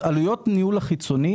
עלויות הניהול החיצוני,